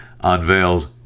unveils